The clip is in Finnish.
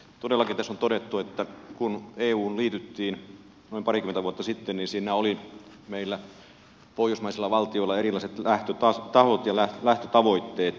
todellakin tässä on todettu että kun euhun liityttiin noin parikymmentä vuotta sitten niin siinä oli meillä pohjoismaisilla valtioilla erilaiset lähtötasot ja lähtötavoitteet